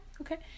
okay